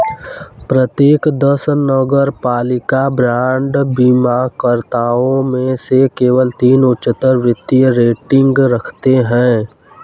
प्रत्येक दस नगरपालिका बांड बीमाकर्ताओं में से केवल तीन उच्चतर वित्तीय रेटिंग रखते हैं